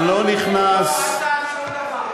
הוא לא עשה שום דבר.